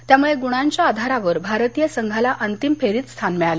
त्यामुळे गुणांच्या आधारावर भारतीय संघाला अंतिम फेरीत स्थान मिळालं